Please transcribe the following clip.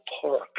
park